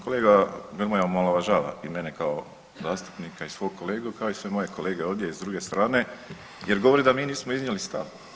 Kolega Grmoja omalovažava i mene kao zastupnika i svog kolegu kao i sve moje kolege ovdje s druge strane, jer govori da mi nismo iznijeli stav.